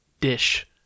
dish